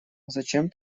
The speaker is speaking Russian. зачем